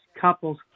couples